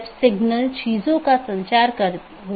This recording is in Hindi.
दूसरा BGP कनेक्शन बनाए रख रहा है